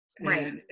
Right